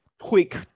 quick